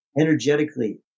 energetically